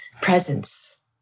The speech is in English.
presence